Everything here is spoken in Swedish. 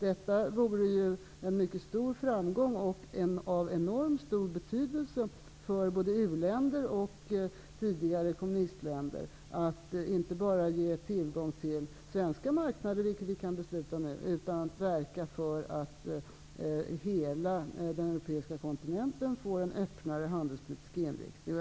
Detta vore en mycket stor framgång och av enormt stor betydelse för både u-länder och tidigare kommunistländer. Därigenom skulle de inte bara få tillgång till svenska marknader, vilket vi kan fatta beslut om redan nu, utan vi skulle på så sätt också kunna verka för att hela den europeiska kontinenten får en öppnare handelspolitisk inriktning.